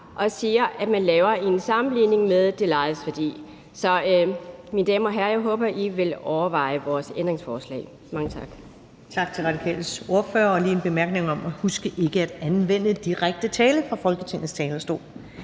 og siger, at man skal lave en sammenligning med det lejedes værdi. Så mine damer og herrer, jeg håber, at I vil overveje vores ændringsforslag. Mange tak. Kl. 14:47 Første næstformand (Karen Ellemann): Tak til Radikales ordfører – med en bemærkning om lige at huske ikke at anvende direkte tiltale fra Folketingets talerstol.